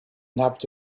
nabbed